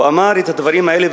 הוא אמר את הדברים האלה: